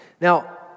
Now